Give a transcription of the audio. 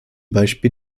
beispiel